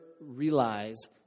realize